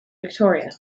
victoria